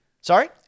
Sorry